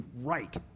right